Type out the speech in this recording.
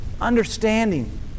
understanding